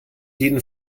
jeden